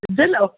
ഉജ്വലോ